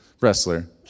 wrestler